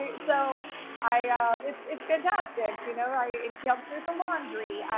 ah so i ah it's it's fantastic. you know, i, and she helps me with the laundry.